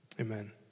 Amen